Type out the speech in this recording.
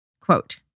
Quote